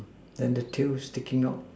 then the tail sticking out